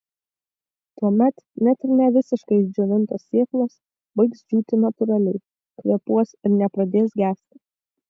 tuomet net ir ne visiškai išdžiovintos sėklos baigs džiūti natūraliai kvėpuos ir nepradės gesti